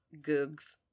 Googs